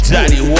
Daddy